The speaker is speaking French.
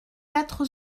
quatre